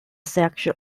section